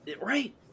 Right